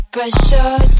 Pressure